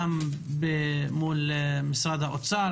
גם מול משרד האוצר,